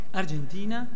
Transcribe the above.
argentina